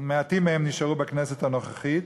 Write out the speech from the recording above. מעטים מהם נשארו בכנסת הנוכחית.